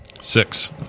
Six